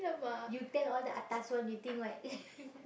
you tell all the atas one you think what